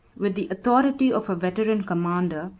with the authority of a veteran commander,